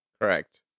correct